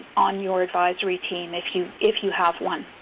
on your advisory team if you if you have one.